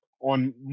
on